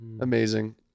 Amazing